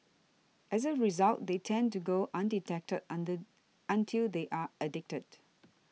as a result they tend to go undetected on the until they are addicted